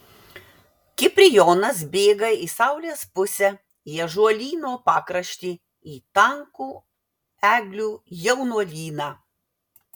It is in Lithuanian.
kiprijonas bėga į saulės pusę į ąžuolyno pakraštį į tankų eglių jaunuolyną